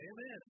Amen